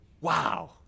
wow